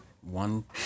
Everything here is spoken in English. one